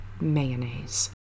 mayonnaise